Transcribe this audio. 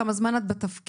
כמה זמן את בתפקיד,